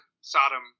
Sodom